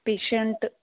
patient